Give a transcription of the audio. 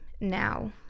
now